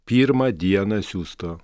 pirmą dieną siųsto